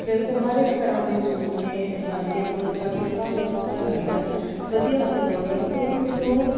ਮੇਰੇ ਕੋਲ ਹਰ ਇੱਕ ਤਰ੍ਹਾਂ ਦੇ ਸੂਟ ਨੇ ਹਲਕੇ ਤੋਂ ਹਲਕਾ ਵੀ ਆ ਭਾਰੇ ਤੋਂ ਭਾਰਾ ਵੀ ਆ ਵਧੀਆ ਸਵਾਉਂਦੀ ਹਾਂ ਕਿਉਂਕਿ ਮੈਨੂੰ